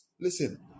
listen